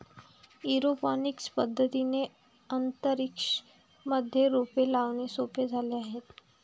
aeroponics पद्धतीने अंतरिक्ष मध्ये रोपे लावणे सोपे झाले आहे